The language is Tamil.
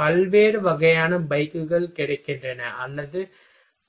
பல்வேறு வகையான பைக்குகள் கிடைக்கின்றன அல்லது